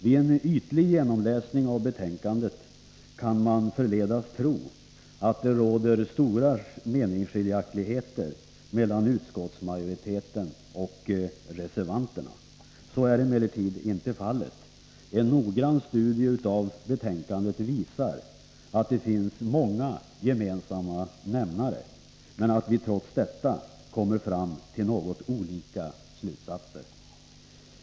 Vid en ytlig genomläsning av betänkandet kan man förledas tro att det råder stora meningsskiljaktigheter mellan utskottsmajoriteten och reservanterna. Så är emellertid inte fallet. En noggrann studie av betänkandet visar att det finns många gemensamma nämnare men att vi trots detta kommer fram till något olika slutsatser.